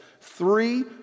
three